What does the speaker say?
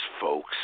folks